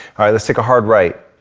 right let's take a hard right.